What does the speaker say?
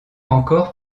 encore